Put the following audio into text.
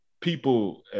people